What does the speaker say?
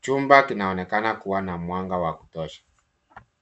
chumba kinaonekana kua na mwanga wa kutosha.